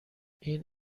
این